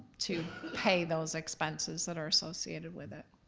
to pay those expenses that are associated with it.